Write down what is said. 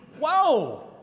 Whoa